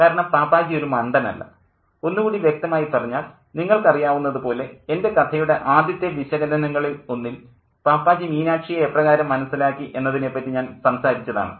കാരണം പാപ്പാജി ഒരു മണ്ടനല്ല ഒന്നു കൂടി വ്യക്തമായി പറഞ്ഞാൽ നിങ്ങൾക്ക് അറിയാവുന്നതു പോലെ എൻ്റെ കഥയുടെ ആദ്യത്തെ വിശകലനങ്ങളിൽ ഒന്നിൽ പാപ്പാജി മീനാക്ഷിയെ എപ്രകാരം മനസ്സിലാക്കി എന്നതിനെപ്പറ്റി ഞാൻ സംസാരിച്ചതാണ്